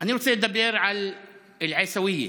אני רוצה לדבר על שכונת עיסאוויה.